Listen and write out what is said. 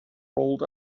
rolled